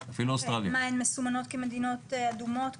מסומנות כמדינות אדומות כתומות?